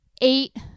eight